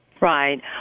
Right